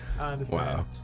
Wow